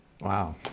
Wow